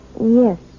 Yes